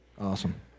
Awesome